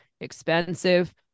expensive